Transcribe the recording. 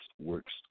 works